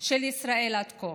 של ישראל עד כה.